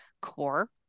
core